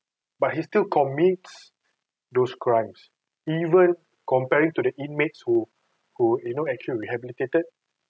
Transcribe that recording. but he still commits those crimes even comparing to the inmates who who you know actually rehabilitated